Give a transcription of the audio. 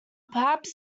perhaps